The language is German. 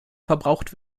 verbraucht